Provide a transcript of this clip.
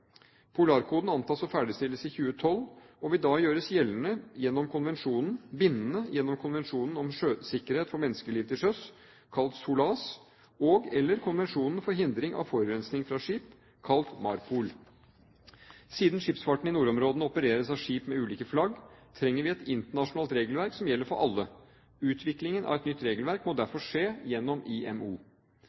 Polarkoden antas å ferdigstilles i 2012, og vil da gjøres bindende gjennom Konvensjonen om sikkerhet for menneskeliv til sjøs, kalt SOLAS, og/eller Konvensjonen for hindring av forurensning fra skip, kalt MARPOL. Siden skipsfarten i nordområdene opereres av skip med ulike flagg, trenger vi et internasjonalt regelverk som gjelder for alle. Utviklingen av et nytt regelverk må derfor skje gjennom IMO.